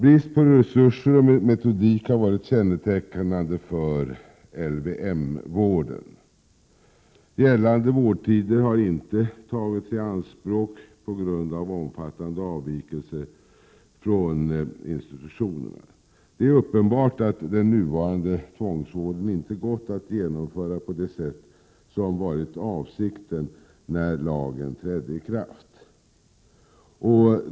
Brist på resurser och metodik har varit kännetecknande för LYM-vården. Gällande vårdtider har inte utnyttjats på grund av omfattande avvikelser från institutionerna. Det är uppenbart att den nuvarande tvångsvården inte gått att genomföra på det sätt som var avsikten när lagen trädde i kraft.